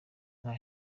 nka